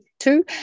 two